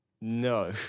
No